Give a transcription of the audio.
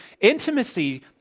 intimacy